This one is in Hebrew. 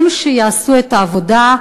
הם שיעשו את העבודה,